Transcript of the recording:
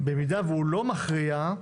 במידה והוא לא מכריע,